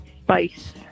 spice